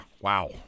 Wow